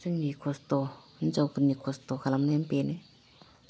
जोंनि खस्थ' हिनजावफोरनि खस्थ' खालामनायानो बेनो